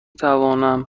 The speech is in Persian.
توانم